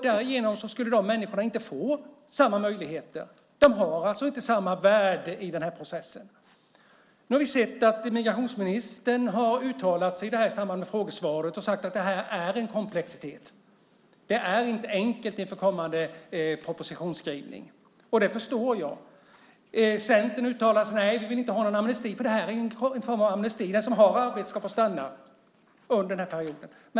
Därmed skulle dessa människor inte få samma möjligheter. De har alltså inte samma värde i den processen. Nu har vi sett att migrationsministern uttalat sig om detta i ett frågesvar och sagt att det är en komplexitet, att det inte är någon enkel fråga inför kommande propositionsskrivning. Det förstår jag. Centern säger att de inte vill ha någon amnesti - detta är ju en form av amnesti - utan den som har ett arbete ska få stanna under den perioden.